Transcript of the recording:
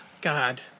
God